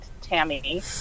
Tammy